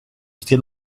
still